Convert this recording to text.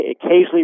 occasionally